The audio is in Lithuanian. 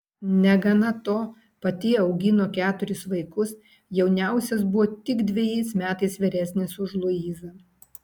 negana to pati augino keturis vaikus jauniausias buvo tik dvejais metais vyresnis už luizą